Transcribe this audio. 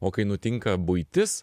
o kai nutinka buitis